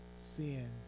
sin